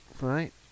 right